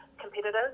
competitors